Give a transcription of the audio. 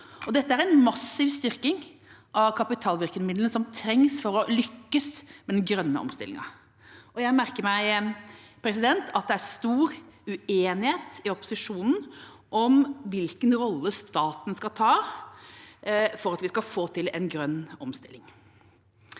Dette er en massiv styrking av kapitalvirkemidlene som trengs for å lykkes med den grønne omstillingen. Jeg merker meg at det er stor uenighet i opposisjonen om hvilken rolle staten skal ta for at vi skal få til en grønn omstilling.